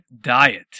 Diet